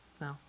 No